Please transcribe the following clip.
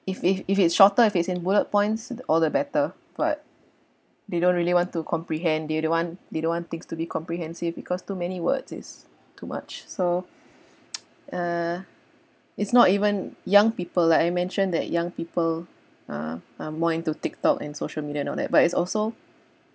if if if it's shorter if it's in bullet points or the better but they don't really want to comprehend they don't want they don't want things to be comprehensive because too many words is too much so err it's not even young people like I mentioned that young people are are more into TikTok and social media and all that but it's also